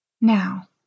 Now